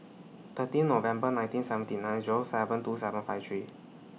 thirteen November nineteen seventy nine Zero seven two seven five three